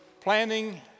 planning